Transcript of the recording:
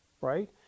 right